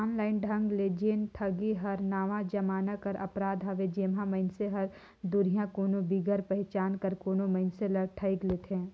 online ढंग ले जेन ठगी हर नावा जमाना कर अपराध हवे जेम्हां मइनसे हर दुरिहां कोनो बिगर पहिचान कर कोनो मइनसे ल ठइग लेथे